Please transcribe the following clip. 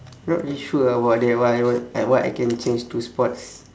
not really sure ah about that one like what I can change to sports